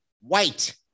white